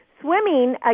swimming